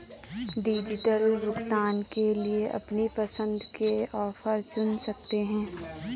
digital भुगतान के लिए अपनी पसंद के ऑफर चुन सकते है